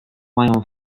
mają